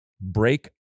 break